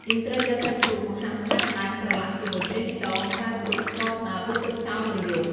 យើងត្រូវយកសាច់ជ្រូកមកហាន់ស្តើងៗ ប្រឡាក់ជាមួយ ប្រេងខ្យង ម្សៅស៊ុប ស្ករត្នោត រួចទុកចោលមួយយប់។